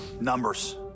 Numbers